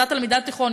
אותה תלמידת תיכון,